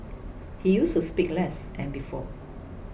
he used to speak less and before